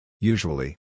Usually